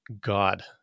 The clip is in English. God